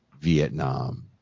Vietnam